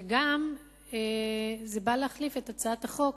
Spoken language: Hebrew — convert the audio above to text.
וגם זה בא להחליף את הצעת החוק